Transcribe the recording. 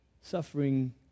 suffering